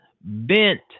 bent